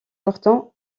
pourtant